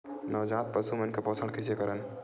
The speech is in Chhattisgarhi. नवजात पशु मन के पोषण कइसे करन?